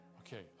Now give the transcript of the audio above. Okay